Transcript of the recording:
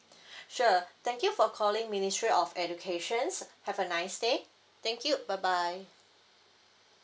sure thank you for calling ministry of educations have a nice day thank you bye bye